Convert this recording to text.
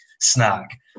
snack